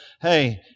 hey